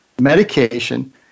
medication